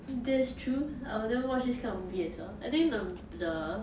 that's true I wouldn't watch is kind of movie as well I think the the